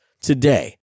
today